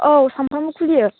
औ सामफ्रामबो खुलियो